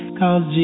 cause